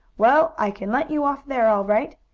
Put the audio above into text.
well, i can let you off there all right.